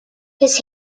his